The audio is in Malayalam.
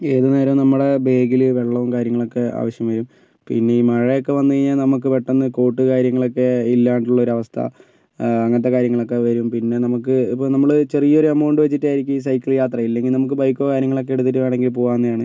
ഏതുനേരവും നമ്മുടെ ബേഗില് വെള്ളവും കാര്യങ്ങളും ഒക്കെ ആവശ്യമായും പിന്നെ മഴയൊക്കെ വന്നു കഴിഞ്ഞാൽ നമുക്ക് പെട്ടെന്ന് കോട്ട് കാര്യങ്ങളൊക്കെ ഇല്ലാണ്ട് ഉള്ള അവസ്ഥ അങ്ങനത്തെ കാര്യങ്ങളൊക്കെ വരും പിന്നെ നമുക്ക് ഇപ്പം നമ്മള് ചെറിയ ഒരു എമൗണ്ട് വച്ചിട്ട് ആയിരിക്കും ഈ സൈക്കിൾ യാത്ര ഇല്ലെങ്കിൽ നമുക്ക് ബൈക്കോ കാര്യങ്ങളൊക്കെ എടുത്തിട്ട് വേണമെങ്കിൽ പോകാവുന്നതാണ്